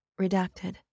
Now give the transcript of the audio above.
redacted